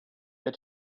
they